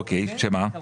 אוקי שמה?